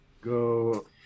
go